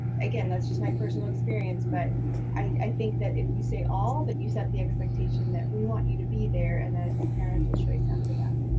again, that's just my personal experience, but i think that if you say all, that you set the expectation that we want you to be there and then it's parents choice after that.